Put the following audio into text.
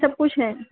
सब कुछ है